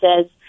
says